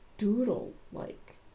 doodle-like